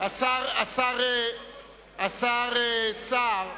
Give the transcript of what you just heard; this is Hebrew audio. השר סער,